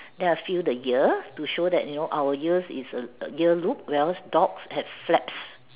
then I feel the ear to show that you know our ears is err earlobes where as dogs have flat